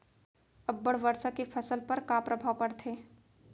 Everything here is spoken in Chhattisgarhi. अब्बड़ वर्षा के फसल पर का प्रभाव परथे?